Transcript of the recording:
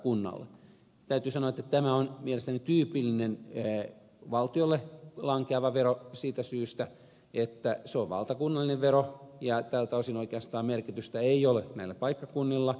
täytyy sanoa että tämä on mielestäni tyypillinen valtiolle lankeava vero siitä syystä että se on valtakunnallinen vero ja tältä osin oikeastaan merkitystä ei ole näillä paikkakunnilla